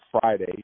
Friday